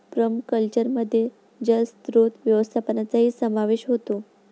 पर्माकल्चरमध्ये जलस्रोत व्यवस्थापनाचाही समावेश होतो